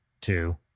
two